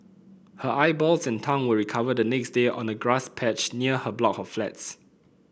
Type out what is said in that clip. her eyeballs and tongue were recovered the next day on a grass patch near her block of flats